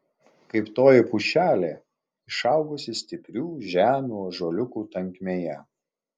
kaip toji pušelė išaugusi stiprių žemų ąžuoliukų tankmėje